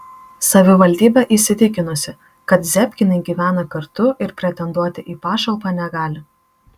savivaldybė įsitikinusi kad zebkinai gyvena kartu ir pretenduoti į pašalpą negali